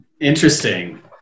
Interesting